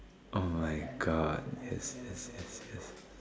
oh my-God yes yes yes yes